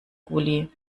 gully